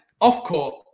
off-court